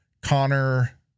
Connor